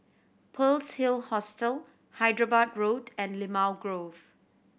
Pearl's Hill Hostel Hyderabad Road and Limau Grove